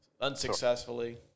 unsuccessfully